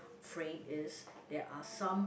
frame is there are some